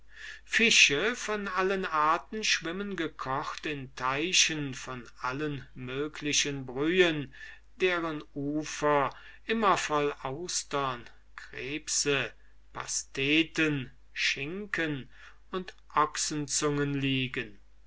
fische von allen arten schwimmen gekocht in teichen von allen möglichen brühen deren ufer immer voll austern krebse pasteten schinken und ochsenzungen liegen